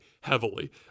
heavily